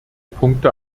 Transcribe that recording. punkte